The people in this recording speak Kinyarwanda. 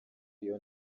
iyo